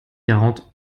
quarante